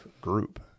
group